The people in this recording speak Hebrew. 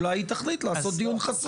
אולי היא תחליט לעשות דיון חסוי.